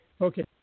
Okay